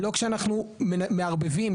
לא כשאנחנו מערבבים.